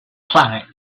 planet